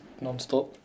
non-stop